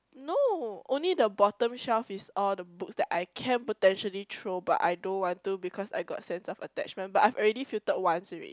no only the bottom shelf is all the books that I can potentially throw but I don't want to because I got sense of attachment but I've already filtered once already